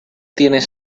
tienes